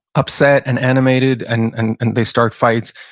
upset and animated and and and they start fights.